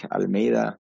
Almeida